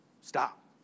stop